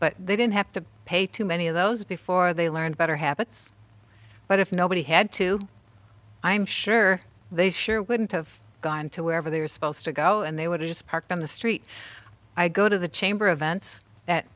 but they didn't have to pay too many of those before they learned better habits but if nobody had to i'm sure they sure wouldn't have gone to wherever they were supposed to go and they would just park on the street i go to the chamber of